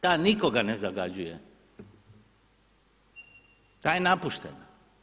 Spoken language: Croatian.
Ta nikoga ne zagađuje, ta je napuštena.